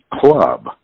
club